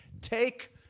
Take